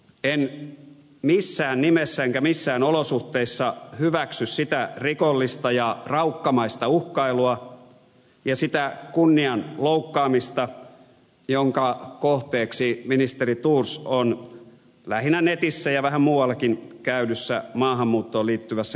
en missään nimessä enkä missään olosuhteissa hyväksy sitä rikollista ja raukkamaista uhkailua ja sitä kunnian loukkaamista joidenka kohteeksi ministeri thors on lähinnä netissä ja vähän muuallakin käydyssä maahanmuuttoon liittyvässä keskustelussa joutunut